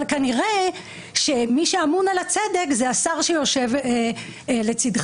אבל כנראה שמי שאמון על הצדק זה השר שיושב לצדך.